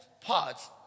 parts